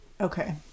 Okay